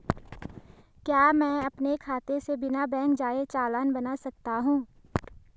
क्या मैं अपने खाते से बिना बैंक जाए चालान बना सकता हूँ?